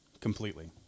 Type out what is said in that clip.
completely